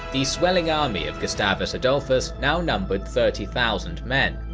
the swelling army of gustavus adolphus now numbered thirty thousand men.